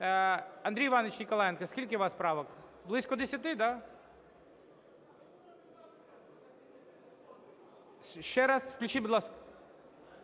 Андрій Іванович Ніколаєнко, скільки у вас правок, близько десяти, да? Ще раз, включіть, будь ласка.